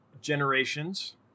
generations